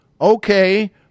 Okay